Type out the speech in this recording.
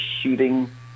shooting